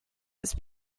his